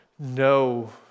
No